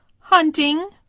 hunting,